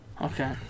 Okay